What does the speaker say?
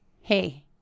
hey